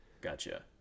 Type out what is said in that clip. Gotcha